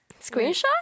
Screenshot